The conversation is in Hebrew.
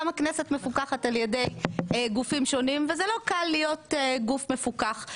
גם הכנסת מפוקחת על ידי גופים שונים וזה לא קל להיות גוף מפוקח.